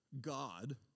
God